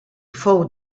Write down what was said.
fou